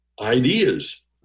ideas